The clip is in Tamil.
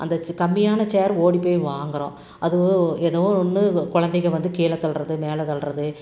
அந்த கம்மியான சேர் ஓடிப்போய் வாங்குகிறோம் அது எதோ ஒன்று குழந்தைங்க வந்து கீழே தள்ளுறது மேலே தள்ளுறது